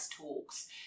Talks